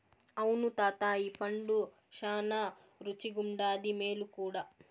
అవును తాతా ఈ పండు శానా రుసిగుండాది, మేలు కూడా